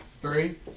three